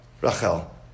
Rachel